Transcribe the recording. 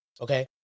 okay